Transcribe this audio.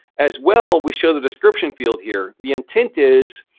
as well, we show the description field here. the intent is,